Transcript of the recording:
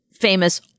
famous